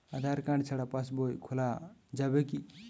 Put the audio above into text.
আধার card ছাড়া পাশবই খোলা যাবে কি?